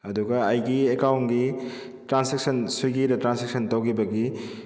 ꯑꯗꯨꯒ ꯑꯩꯒꯤ ꯑꯦꯀꯥꯎꯟꯒꯤ ꯇ꯭ꯔꯥꯟꯁꯦꯛꯁꯟ ꯁ꯭ꯋꯤꯒꯤꯗ ꯇ꯭ꯔꯥꯟꯁꯦꯛꯁꯟ ꯇꯧꯈꯤꯕꯒꯤ